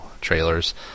trailers